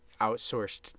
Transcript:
outsourced